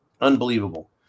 Unbelievable